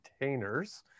containers